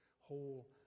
whole